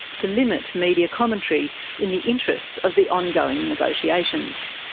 to limit media commentary in the interests of the ongoing negotiations.